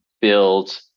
build